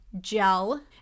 gel